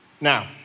Now